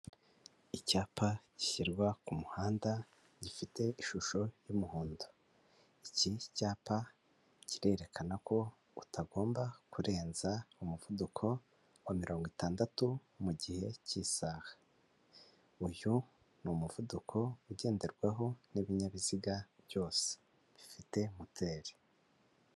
Icyapa gishyirwa ku muhanda gifite ishusho y'umuhondo, iki cyapa kirerekana ko utagomba kurenza umuvuduko wa mirongo itandatu mu gihe cy'isaha, uyu ni umuvuduko ugenderwaho n'ibinyabiziga byose bifite moteri.